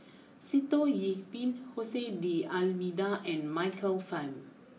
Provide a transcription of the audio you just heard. Sitoh Yih Pin Jose D Almeida and Michael Fam